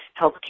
healthcare